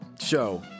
show